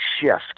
shift